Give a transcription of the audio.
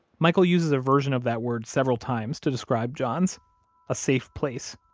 michael uses a version of that word several times to describe john's a safe place,